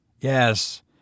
Yes